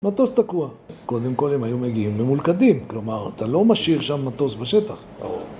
מטוס תקוע, קודם כל הם היו מגיעים ממולכדים, כלומר אתה לא משאיר שם מטוס בשטח